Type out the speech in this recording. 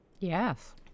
Yes